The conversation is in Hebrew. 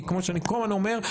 כי כמו שאני כל הזמן אומר,